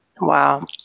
Wow